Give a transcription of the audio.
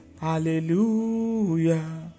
Hallelujah